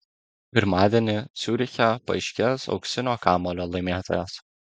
pirmadienį ciuriche paaiškės auksinio kamuolio laimėtojas